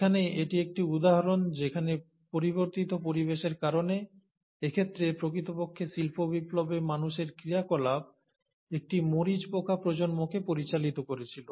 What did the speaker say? এখানে এটি একটি উদাহরণ যেখানে পরিবর্তিত পরিবেশের কারণে এক্ষেত্রে প্রকৃতপক্ষে শিল্পবিপ্লবে মানুষের ক্রিয়াকলাপ একটি মরিচ পোকা প্রজন্মকে পরিচালিত করেছিল